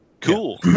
Cool